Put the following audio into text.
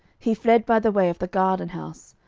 he fled by the way of the garden house.